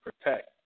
protect